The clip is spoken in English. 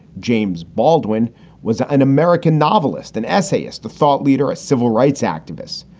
james baldwin was an american novelist and essayist, the thought leader, a civil rights activist.